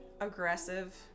aggressive